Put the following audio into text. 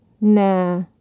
Nah